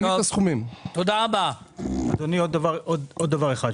אדוני, עוד דבר אחד.